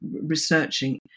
researching